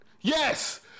Yes